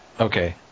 Okay